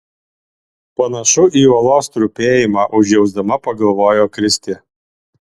panašu į uolos trupėjimą užjausdama pagalvojo kristė